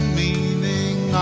meaning